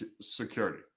security